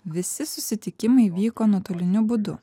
visi susitikimai vyko nuotoliniu būdu